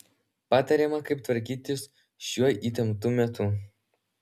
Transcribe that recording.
patariama kaip tvarkytis šiuo įtemptu metu